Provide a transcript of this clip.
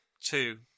Two